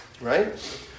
Right